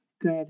Good